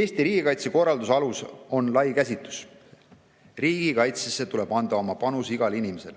Eesti riigikaitse korralduse alus on lai käsitus. Riigikaitsesse tuleb anda oma panus igal inimesel.